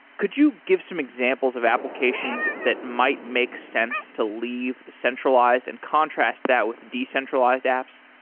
could you give some examples of applications that might make sense to leave centralized and contrast that with decentralized apps?